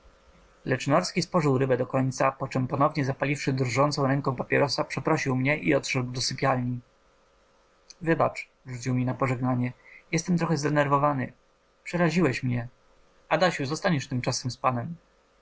lecz norski spożył rybę do końca poczem ponownie zapaliwszy drżącą ręką papierosa przeprosił mnie i odszedł do sypialni wybacz rzucił na pożegnanie jestem trochę zdenerwowany przeraziłeś mnie adasiu zostaniesz tymczasem z panem